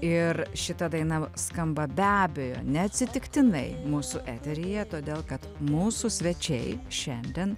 ir šita daina skamba be abejo neatsitiktinai mūsų eteryje todėl kad mūsų svečiai šiandien